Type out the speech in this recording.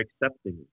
accepting